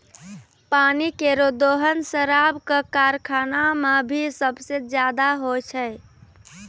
पानी केरो दोहन शराब क कारखाना म भी सबसें जादा होय छै